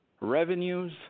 revenues